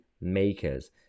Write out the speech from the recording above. makers